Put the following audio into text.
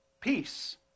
peace